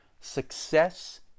Success